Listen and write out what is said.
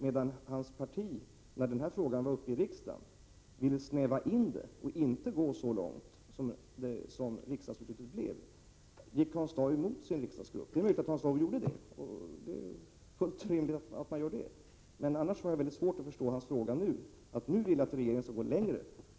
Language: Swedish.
Men när den här frågan var uppe i riksdagen ville Hans Daus parti ”snäva in” och inte gå så långt som riksdagen gjorde. Då måste jag fråga: Gick Hans Dau emot sin riksdagsgrupp? Det är möjligt att han gjorde det — det kan vara fullt rimligt. Men annars har jag svårt att förstå att Hans Dau nu vill att regeringen skall gå längre.